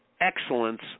Excellence